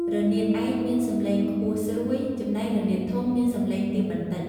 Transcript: រនាតឯកមានសំឡេងខ្ពស់ស្រួយ ចំណែករនាតធុងមានសំឡេងទាបបន្តិច។